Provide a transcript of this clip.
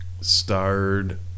starred